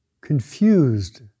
confused